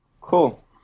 Cool